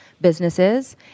businesses